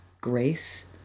grace